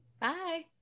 Bye